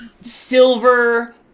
silver